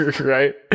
Right